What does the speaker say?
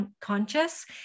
conscious